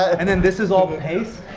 and then this is all paste,